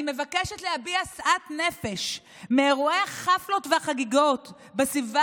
אני מבקשת להביע שאט נפש מאירועי החפלות והחגיגות בסביבה